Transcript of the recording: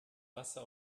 wasser